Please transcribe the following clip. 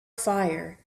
fire